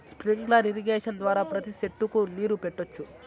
sprinkler irrigation ద్వారా ప్రతి సెట్టుకు నీరు పెట్టొచ్చు